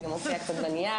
זה גם מופיע בנייר.